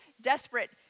desperate